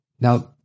Now